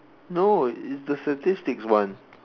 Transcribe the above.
no it's the statistics one